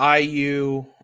IU